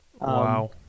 Wow